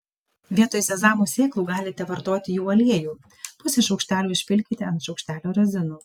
vietoj sezamo sėklų galite vartoti jų aliejų pusę šaukštelio užpilkite ant šaukštelio razinų